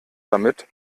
damit